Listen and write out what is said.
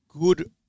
good